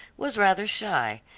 was rather shy,